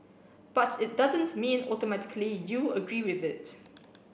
but it doesn't mean automatically you agree with it